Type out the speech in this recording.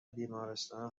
بیمارستان